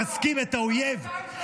מה שאתם עושים זה שאתם מחזקים את האויב.